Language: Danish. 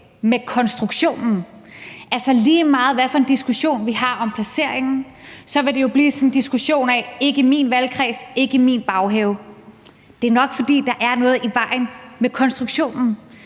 med konstruktionen? Lige meget hvad for en diskussion vi har om placeringen, vil det jo blive sådan en diskussion, hvor man siger: Ikke i min valgkreds, ikke i min baghave. Det er nok, fordi der er noget i vejen med konstruktionen.